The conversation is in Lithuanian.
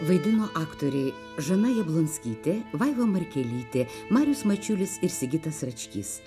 vaidino aktoriai žana jablonskytė vaiva markelytė marius mačiulis ir sigitas račkys